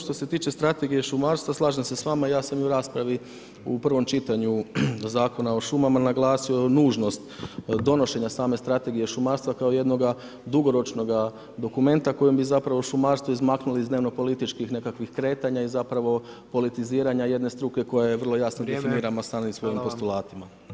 Što se tiče strategije šumarstva, slažem se s vama, ja sam i u raspravi u prvom čitanju Zakona o šumama naglasio nužnost donošenja same strategije šumarstva kao jednoga dugoročnoga dokumenta kojim bi zapravo šumarstvo izmaknuli iz dnevno političkih kretanja i zapravo politiziranja jedne struke koja je jasno definirana samim svojim postulatima.